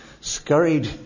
scurried